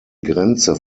grenze